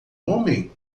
homem